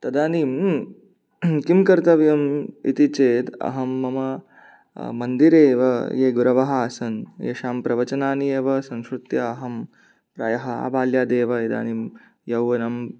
तदानीं किं कर्तव्यम् इति चेत् अहं मम मन्दिरे एव ये गुरवः आसन् येषां प्रवचनानि एव संश्रुत्य अहं प्रायः आबाल्यादेव इदानीं यौवनं